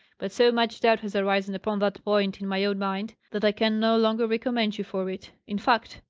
but so much doubt has arisen upon that point in my own mind, that i can no longer recommend you for it. in fact,